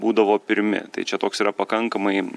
būdavo pirmi tai čia toks yra pakankamai